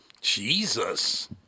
Jesus